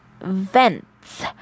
Vents